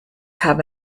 have